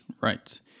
Right